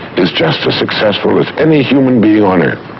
is just as successful as any human being on earth,